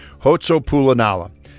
Hotsopulanala